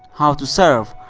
how to serve,